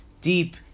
deep